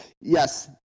Yes